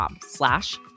slash